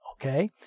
Okay